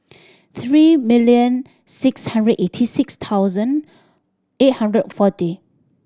three million six hundred eighty six thousand eight hundred forty